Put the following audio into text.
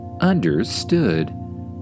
Understood